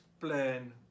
plan